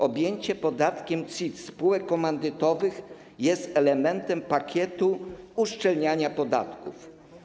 Objęcie podatkiem CIT spółek komandytowych jest elementem pakietu uszczelniania podatków.